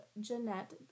Jeanette